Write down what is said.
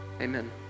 amen